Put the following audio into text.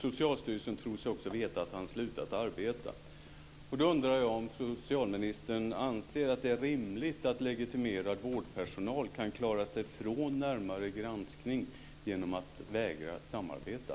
Socialstyrelsen tror sig också veta att han har slutat arbeta. Då undrar jag om socialministern anser att det är rimligt att legitimerad vårdpersonal kan klara sig från närmare granskning genom att vägra samarbeta.